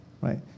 right